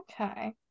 Okay